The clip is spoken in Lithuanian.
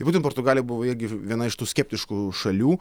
tai būtent portugalija buvo irgi viena iš tų skeptiškų šalių